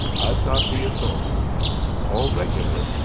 i've got the authority. it's all regular,